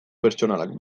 pertsonalak